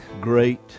great